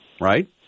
Right